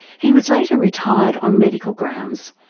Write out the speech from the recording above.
he was later retired on medical grounds,